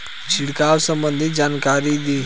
छिड़काव संबंधित जानकारी दी?